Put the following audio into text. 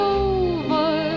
over